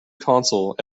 console